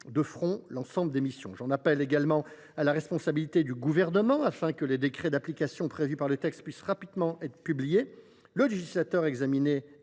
de front l’ensemble de ses missions. J’en appelle également à la responsabilité du Gouvernement afin que les décrets d’application prévus dans le texte soient rapidement publiés. Puisque le législateur a examiné